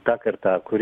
ta karta kuri